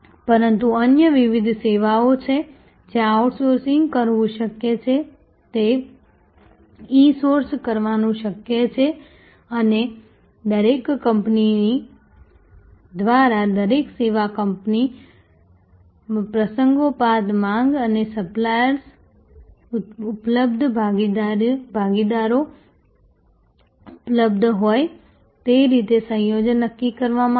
પરંતુ અન્ય વિવિધ સેવાઓ છે જ્યાં આઉટસોર્સિંગ કરવું શક્ય છે તે ઇન્સોર્સ કરવાનું શક્ય છે અને દરેક કંપની દ્વારા દરેક સેવા કંપની પ્રસંગોપાત માંગ અને સપ્લાયર્સ ઉપલબ્ધ ભાગીદારો ઉપલબ્ધ હોય તે રીતે સંયોજન નક્કી કરવામાં આવશે